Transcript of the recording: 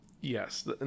Yes